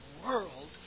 world